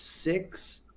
six